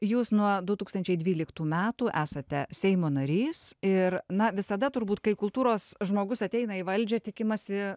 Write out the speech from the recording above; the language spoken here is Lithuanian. jūs nuo du tūkstančiai dvyliktų metų esate seimo narys ir na visada turbūt kai kultūros žmogus ateina į valdžią tikimasi